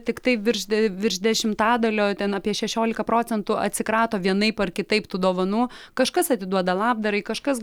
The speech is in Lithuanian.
tiktai virš virš dešimtadalio ten apie šešiolika procentų atsikrato vienaip ar kitaip tų dovanų kažkas atiduoda labdarai kažkas